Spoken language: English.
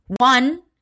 One